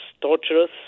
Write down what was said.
torturous